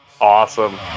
Awesome